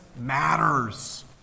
matters